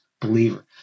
believer